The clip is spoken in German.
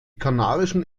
kanarischen